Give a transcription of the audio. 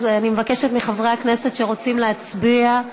אז אני מבקשת מחברי הכנסת שרוצים להצביע,